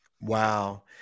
Wow